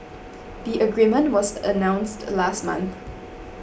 the agreement was announced last month